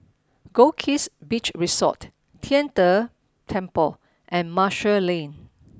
Goldkist Beach Resort Tian De Temple and Marshall Lane